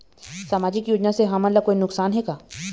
सामाजिक योजना से हमन ला कोई नुकसान हे का?